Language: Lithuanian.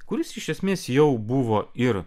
kuris iš esmės jau buvo ir